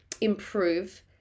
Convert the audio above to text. improve